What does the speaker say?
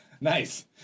Nice